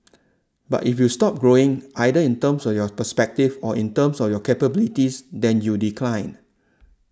but if you stop growing either in terms of your perspective or in terms of your capabilities then you decline